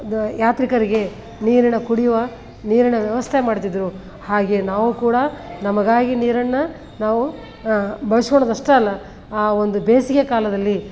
ದಾ ಯಾತ್ರಿಕರಿಗೆ ನೀರಿನ ಕುಡಿಯುವ ನೀರಿನ ವ್ಯವಸ್ಥೆ ಮಾಡ್ತಿದ್ದರು ಹಾಗೆ ನಾವೂ ಕೂಡ ನಮಗಾಗಿ ನೀರನ್ನು ನಾವು ಬಳಸ್ಕೊಳೋದ್ ಅಷ್ಟೇ ಅಲ್ಲ ಆ ಒಂದು ಬೇಸಿಗೆ ಕಾಲದಲ್ಲಿ